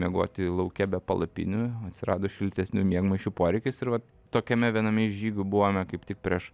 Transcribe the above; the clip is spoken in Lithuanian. miegoti lauke be palapinių atsirado šiltesnių miegmaišių poreikis ir vat tokiame viename iš žygių buvome kaip tik prieš